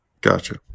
Gotcha